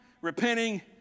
repenting